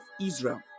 Israel